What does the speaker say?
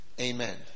Amen